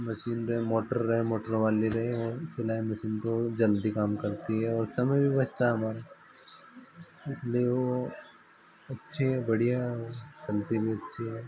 machine रहे motor रहे motor वाली रहे वो सिलाई मशीन तो जल्दी काम करती है और समय भी बचता है हमारा इसलिए वो अच्छे बढ़िया चलती भी अच्छी है